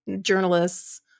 journalists